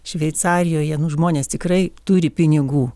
šveicarijoje nu žmonės tikrai turi pinigų